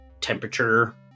temperature